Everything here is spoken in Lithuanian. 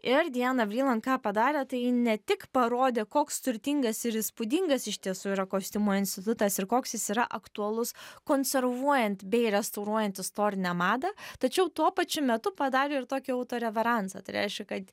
ir diana vryland ką padarė tai ji ne tik parodė koks turtingas ir įspūdingas iš tiesų yra kostiumo institutas ir koks jis yra aktualus konservuojant bei restauruojant istorinę madą tačiau tuo pačiu metu padarė ir tokį autoreveransą tai reiškia kad